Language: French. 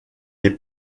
est